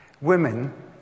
Women